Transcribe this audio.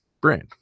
brand